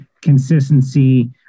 consistency